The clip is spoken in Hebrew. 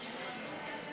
33 בעד.